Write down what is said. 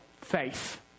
faith